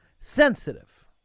sensitive